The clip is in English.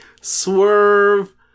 Swerve